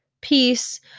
peace